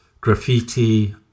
graffiti